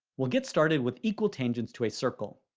we'll get started with equal tangents to a circle.